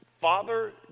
Father